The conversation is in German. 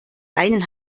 einen